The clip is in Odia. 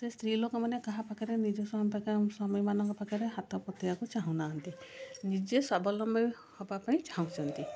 ସେ ସ୍ତ୍ରୀ ଲୋକମାନେ କାହା ପାଖରେ ନିଜ ସ୍ଵାମୀ ପାଖରେ ସ୍ଵାମୀ ମାନଙ୍କ ପାଖରେ ହାତ ପତେଇବାକୁ ଚାହୁଁନାହାନ୍ତି ନିଜେ ସ୍ଵାବଲମ୍ବୀ ହେବାପାଇଁ ଚାହୁଁଛନ୍ତି